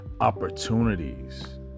opportunities